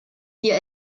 dir